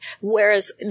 Whereas